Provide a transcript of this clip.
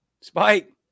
Spike